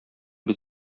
бит